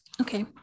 Okay